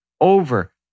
over